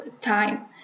time